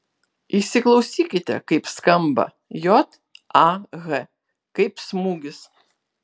įsiklausykite kaip skamba j a h kaip smūgis